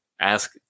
ask